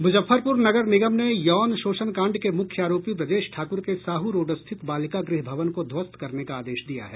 मुजफ्फरपुर नगर निगम ने यौन शोषण कांड के मुख्य आरोपी ब्रजेश ठाकुर के साहू रोड स्थित बालिका गृह भवन को ध्वस्त करने का आदेश दिया है